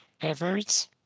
efforts